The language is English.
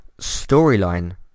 storyline